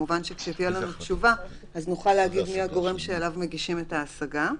כמובן שכשתהיה לנו תשובה נוכל להגיד מי הגורם שאליו מגישים את ההשגה.